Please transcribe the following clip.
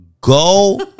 Go